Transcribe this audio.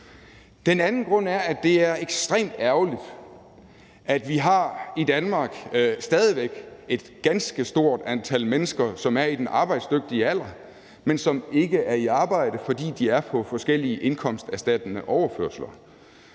Den anden grund er, at det er ekstremt ærgerligt, at vi i Danmark stadig væk har et ganske stort antal mennesker, som er i den arbejdsdygtige alder, men som ikke er i arbejde, fordi de er på forskellige indkomsterstattende overførsler.